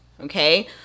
okay